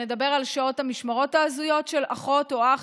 שנדבר על שעות המשמרות ההזויות של אחות או אח,